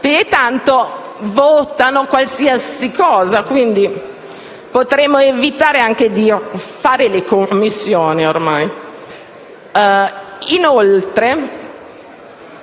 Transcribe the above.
tanto votano qualsiasi cosa, quindi potremmo evitare anche di fare le riunioni di